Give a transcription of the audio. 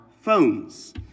phones